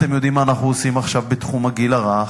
אתם יודעים מה אנחנו עושים עכשיו בתחום הגיל הרך.